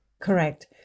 Correct